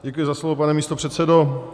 Děkuji za slovo, pane místopředsedo.